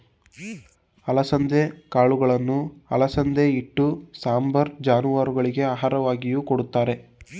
ಅಲಸಂದೆ ಕಾಳುಗಳನ್ನು ಅಲಸಂದೆ ಹಿಟ್ಟು, ಸಾಂಬಾರ್, ಜಾನುವಾರುಗಳಿಗೆ ಆಹಾರವಾಗಿಯೂ ಕೊಡುತ್ತಾರೆ